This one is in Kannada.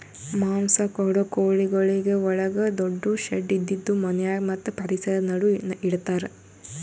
ಮಾಂಸ ಕೊಡೋ ಕೋಳಿಗೊಳಿಗ್ ಒಳಗ ದೊಡ್ಡು ಶೆಡ್ ಇದ್ದಿದು ಮನ್ಯಾಗ ಮತ್ತ್ ಪರಿಸರ ನಡು ಇಡತಾರ್